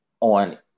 on